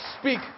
speak